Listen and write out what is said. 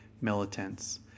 militants